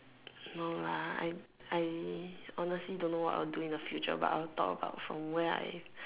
no lah I I honestly I don't know what I will do in the future but I will talk about from where I